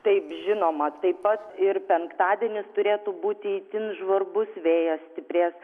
taip žinoma taip pat ir penktadienis turėtų būti itin žvarbus vėjas stiprės